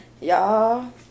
Y'all